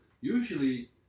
usually